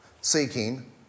seeking